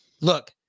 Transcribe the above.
Look